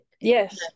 Yes